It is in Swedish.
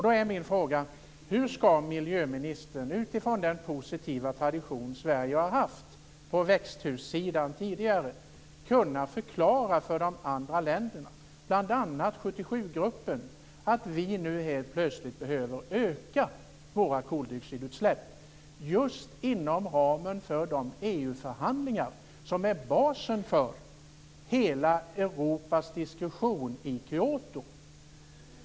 Då är min fråga: Hur skall miljöministern utifrån den positiva tradition som Sverige tidigare har haft när det gäller växthuseffekten kunna förklara för de andra länderna, bl.a. 77-gruppen, att vi nu helt plötsligt behöver öka våra koldioxidutsläpp just inom ramen för de EU-förhandlingar som är basen för hela Europas diskussion i Kyoto?